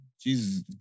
Jesus